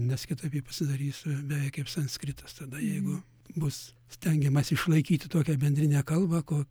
nes kitaip ji pasidarys beveik kaip sanskritas tada jeigu bus stengiamasi išlaikyti tokią bendrinę kalbą ko